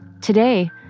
Today